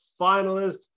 finalist